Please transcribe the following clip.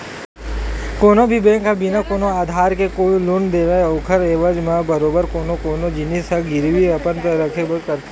कोनो भी बेंक ह बिना कोनो आधार के लोन नइ देवय ओखर एवज म बरोबर कोनो न कोनो जिनिस के गिरवी अपन तीर रखबे करथे